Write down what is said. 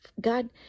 God